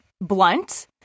blunt